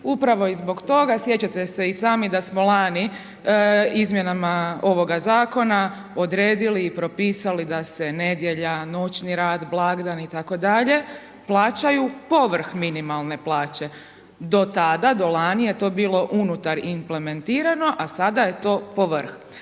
Upravo i zbog toga, sjećate se i sami da smo lani izmjenama ovoga zakona odredili i propisali da se nedjelja, noćni rad, blagdani itd. plaćaju povrh minimalne plaće do tada, do lani, a to je bilo unutar implementirano, a sada je to povrh.